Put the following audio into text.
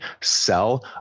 sell